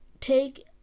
take